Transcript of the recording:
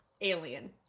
alien